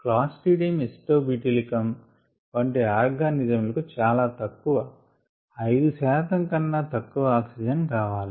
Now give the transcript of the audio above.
Clostridium acetobutylicum వంటి organism లకు చాలా తక్కువ 5 శాతం కన్నా తక్కువ ఆక్సిజన్ కావాలి